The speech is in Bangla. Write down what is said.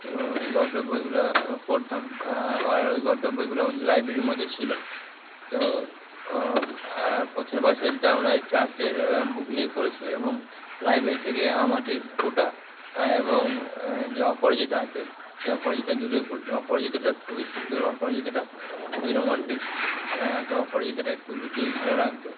তো এই গল্পের বইগুলা পড়তাম আর ওই গল্পের বইগুলা আমাদের লাইব্রেরির মধ্যে ছিল তো আর পথের পাঁচালীটা আমরা ক্লাসের বুক নিয়ে পড়েছি এবং লাইব্রেরি থেকে আম আঁটির ভেঁপুটা এবং যে অপরাজিতা আছে সেই অপরাজিতা দুটোই পড়েছি অপরাজিতাটা খুবই সুন্দর অপরাজিতাটা খুবই রোমান্টিক তো অপরাজিতাটা একটু বেশিই ভালো লাগতো